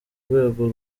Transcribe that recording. rwego